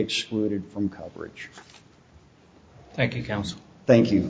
excluded from coverage thank you